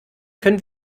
können